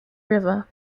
river